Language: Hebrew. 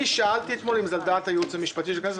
אני שאלתי אתמול אם זה על דעת הייעוץ המשפטי של הכנסת,